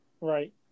Right